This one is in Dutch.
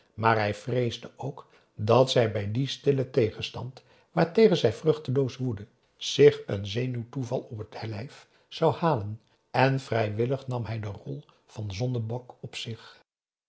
maar hij vreesde ook dat zij bij dien stillen tegenstand waartegen zij vruchteloos woedde zich een zenuwtoeval op het lijf zou halen en vrijwillig nam hij de rol van zondenbok op zich